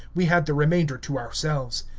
we had the remainder to ourselves.